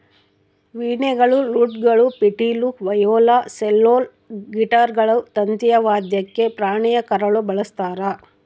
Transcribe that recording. ವೀಣೆಗಳು ಲೂಟ್ಗಳು ಪಿಟೀಲು ವಯೋಲಾ ಸೆಲ್ಲೋಲ್ ಗಿಟಾರ್ಗಳು ತಂತಿಯ ವಾದ್ಯಕ್ಕೆ ಪ್ರಾಣಿಯ ಕರಳು ಬಳಸ್ತಾರ